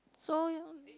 so